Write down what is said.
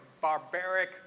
barbaric